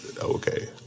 okay